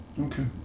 Okay